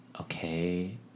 okay